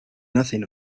nothing